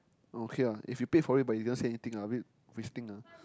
oh okay lah if you paid for it but you never see anything a bit wasting ah